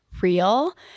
real